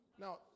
now